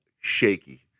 shaky